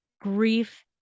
grief